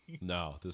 No